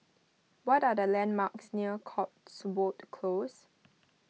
what are the landmarks near Cotswold Close